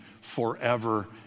forever